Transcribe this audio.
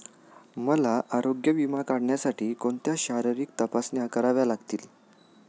मला आरोग्य विमा काढण्यासाठी कोणत्या शारीरिक तपासण्या कराव्या लागतील?